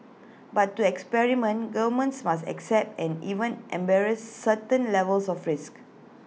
but to experiment governments must accept and even embarrass certain levels of risk